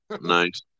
Nice